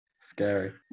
Scary